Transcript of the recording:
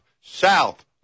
South